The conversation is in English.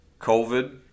COVID